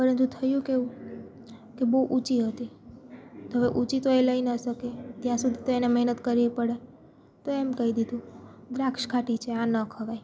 પરંતુ થયું કેવું કે બહુ ઊંચી હતી તો હવે ઊંચી તો એ લઈ ન શકે ત્યાં સુધી તો એને મહેનત કરવી પડે તો એમ કઈ દીધું દ્રાક્ષ ખાટી છે આ ન ખવાય